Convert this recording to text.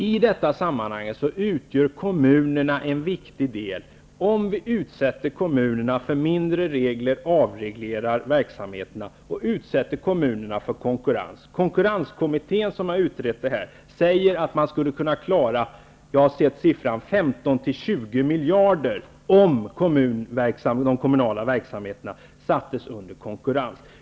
I detta sammanhang är kommunerna viktiga, om vi ger kommunerna färre regler, avreglerar verksamheterna och utsätter dem för konkurrens. Konkurrenskommittén, som har utrett detta, säger att man skulle kunna klara 15--20 miljarder om de kommunala verksamheterna sattes under konkurrens.